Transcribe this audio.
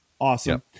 Awesome